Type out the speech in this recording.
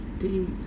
deep